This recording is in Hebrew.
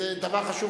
זה דבר חשוב.